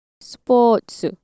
Sports